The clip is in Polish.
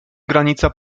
granica